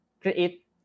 create